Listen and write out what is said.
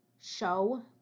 show